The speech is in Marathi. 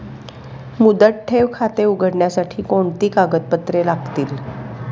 मुदत ठेव खाते उघडण्यासाठी कोणती कागदपत्रे लागतील?